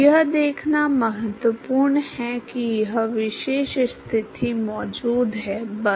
यह देखना महत्वपूर्ण है कि यह विशेष स्थिति मौजूद है बस